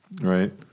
right